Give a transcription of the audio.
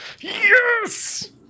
Yes